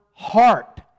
heart